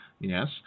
Yes